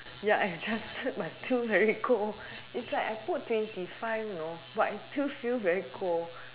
ya I trusted my two very cold it's is like I put twenty five you know but it's still feel very cold